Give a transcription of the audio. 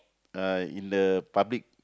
uh in the public